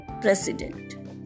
President